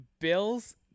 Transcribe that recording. Bills